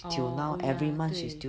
orh oh ya 对